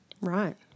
Right